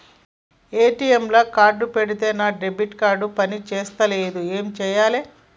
ATM లా card పెడితే నా డెబిట్ కార్డ్ పని చేస్తలేదు ఏం చేయాలే?